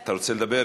אתה רוצה לדבר?